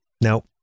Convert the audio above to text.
Now